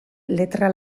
letra